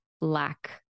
lack